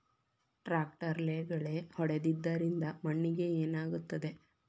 ಟ್ರಾಕ್ಟರ್ಲೆ ಗಳೆ ಹೊಡೆದಿದ್ದರಿಂದ ಮಣ್ಣಿಗೆ ಏನಾಗುತ್ತದೆ?